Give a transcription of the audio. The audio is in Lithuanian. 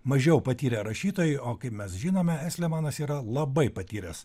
mažiau patyrę rašytojai o kai mes žinome estlemanas yra labai patyręs